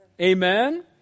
Amen